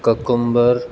cucumber